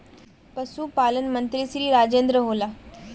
पशुपालन मंत्री श्री राजेन्द्र होला?